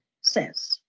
says